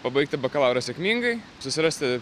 pabaigti bakalaurą sėkmingai susirasti